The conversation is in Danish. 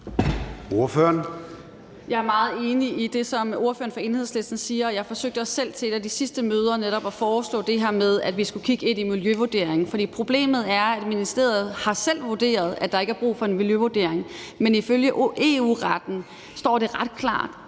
Jeg er meget enig i det, som ordføreren fra Enhedslisten siger. Jeg forsøgte også selv til et af de sidste møder netop at foreslå det her med, at vi skulle kigge på miljøvurderingen. For problemet er, at ministeriet selv har vurderet, at der ikke er brug for en miljøvurdering. Men ifølge EU-retten står det ret klart,